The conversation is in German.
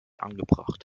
angebracht